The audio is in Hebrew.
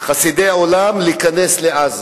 חסידי אומות עולם, להיכנס לעזה.